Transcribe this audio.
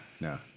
no